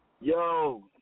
Yo